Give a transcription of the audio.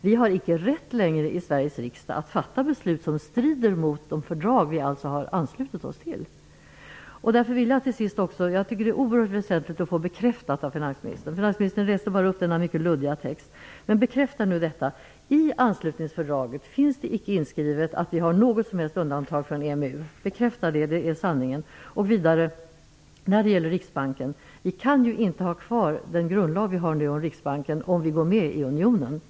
Vi i Sveriges riksdag har inte längre rätt att fatta beslut som strider mot de fördrag som vi har anslutit oss till. Det är oerhört väsentligt att få en bekräftelse från finansministern, som ju bara läste upp en mycket luddig text. I anslutningsfördraget finns det icke inskrivet att vi har något som helst undantag från EMU. Bekräfta detta, för det är sanningen! När det gäller Riksbanken kan vi ju inte ha kvar den grundlag som vi nu har om vi går med i unionen.